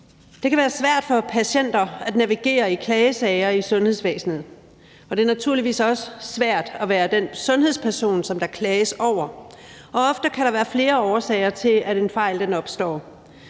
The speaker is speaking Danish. Det kan være svært for patienter at navigere i klagesager i sundhedsvæsenet, og det er naturligvis også svært at være den sundhedsperson, som der klages over. Ofte kan der være flere årsager til, at en fejl opstår.